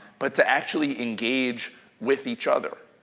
but to actually engage with each other.